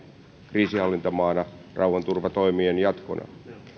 kriisinhallintamaana rauhanturvatoimien jatkona